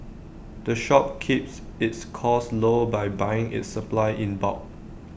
the shop keeps its costs low by buying its supplies in bulk